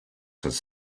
has